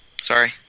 Sorry